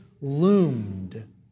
loomed